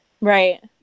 right